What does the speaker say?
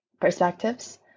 perspectives